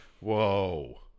Whoa